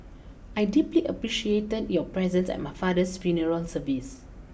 I deeply appreciated your presence at my father's funeral service